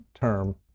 term